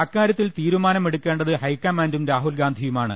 അക്കാര്യത്തിൽ തീരുമാനം എടുക്കേണ്ടത് ഹൈക്കമാൻഡും രാഹുൽഗാന്ധിയുമാണ്